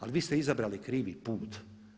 Ali vi ste izabrali krivi put.